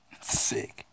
Sick